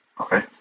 okay